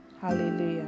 Hallelujah